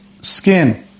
skin